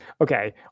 okay